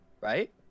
Right